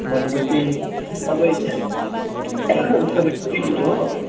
भने पछि तपाईँ तपाईँ टुरिस्ट हो